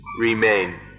remain